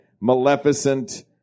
Maleficent